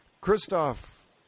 Christoph